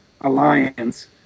alliance